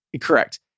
Correct